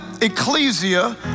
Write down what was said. ecclesia